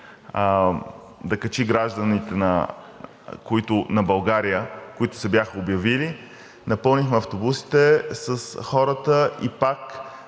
да качи гражданите на България, които се бяха обявили. Напълнихме автобусите с хората и пак